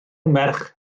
merch